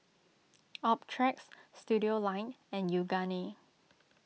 Optrex Studioline and Yoogane